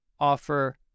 offer